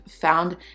found